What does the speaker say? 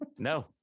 no